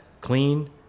clean